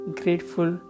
grateful